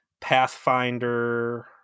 Pathfinder